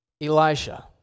Elisha